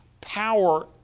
power